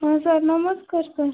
ହଁ ସାର୍ ନମସ୍କାର ସାର୍